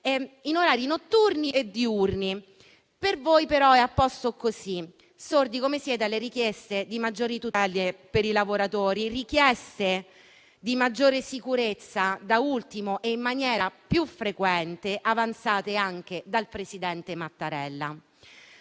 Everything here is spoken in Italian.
in orari notturni e diurni. Per voi però va bene così, sordi come siete alle richieste di maggiori tutele per i lavoratori e di maggiore sicurezza avanzate, da ultimo e in maniera più frequente, anche dal presidente Mattarella.